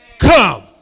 Come